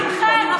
מה איתכם?